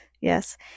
Yes